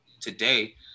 today